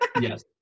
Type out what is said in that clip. Yes